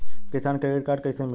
किसान credit card कइसे मिली?